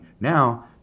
now